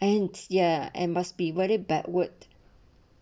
and ya and must be very backward